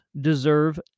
deserve